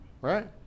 Right